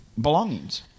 belongings